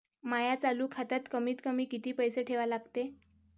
माया चालू खात्यात कमीत कमी किती पैसे ठेवा लागते?